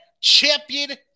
champion